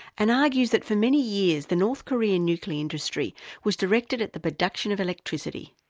and argues that for many years the north korean nuclear industry was directed at the production of electricity.